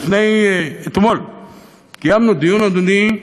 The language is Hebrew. אתמול קיימנו דיון, אדוני,